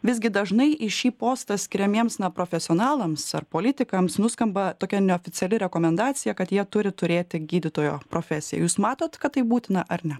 visgi dažnai į šį postą skiriamiems neprofesionalams ar politikams nuskamba tokia neoficiali rekomendacija kad jie turi turėti gydytojo profesiją jūs matot kad tai būtina ar ne